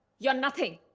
you are nothing.